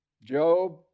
Job